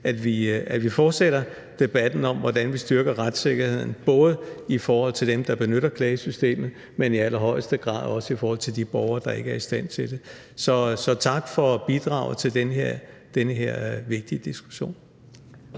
at vi fortsætter debatten om, hvordan vi styrker retssikkerheden – både i forhold til dem, der benytter klagesystemet, men i allerhøjeste grad også i forhold til de borgere, der ikke er i stand til det. Så tak for bidraget til den her vigtige diskussion.